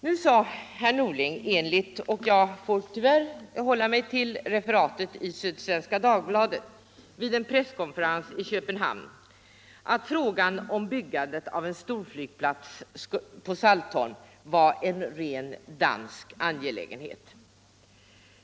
Nu sade herr Norling — och jag får tyvärr hålla mig till referatet i Sydsvenska Dagbladet av en presskonferens i Köpenhamn -— att frågan om byggandet av en storflygplats på Saltholm var en rent dansk angelägenhet.